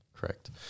Correct